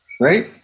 Right